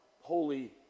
holy